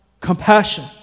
compassion